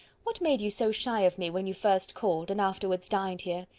what made you so shy of me, when you first called, and afterwards dined here?